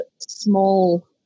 small